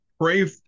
pray